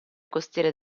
costiere